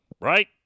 Right